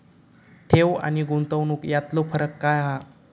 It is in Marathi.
ठेव आनी गुंतवणूक यातलो फरक काय हा?